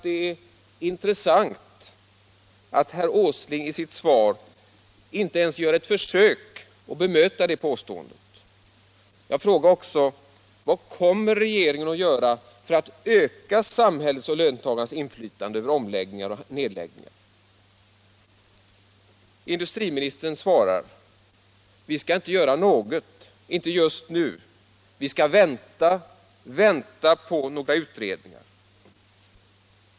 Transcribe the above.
Det är intressant att herr Åsling i sitt svar inte ens gör ett försök att bemöta det påståendet. Jag frågade också: Vad kommer regeringen att göra för att öka samhällets och löntagarnas inflytande över omställningar och nedläggningar? Industriministern svarar: Vi skall inte göra något, inte just nu; vi skall vänta, vänta på några utredningar.